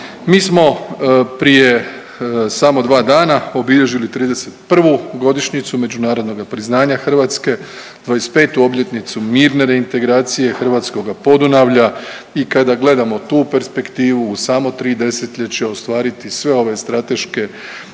Mi smo prije samo dva dana obilježili 31. godišnjicu međunarodnoga priznanja Hrvatske, 25. obljetnicu mirne reintegracije hrvatskoga Podunavlja i kada gledamo tu perspektivu u samo 3 desetljeća ostvariti sve ove strateške ciljeve